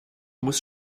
muss